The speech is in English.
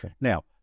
Now